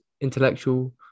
intellectual